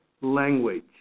language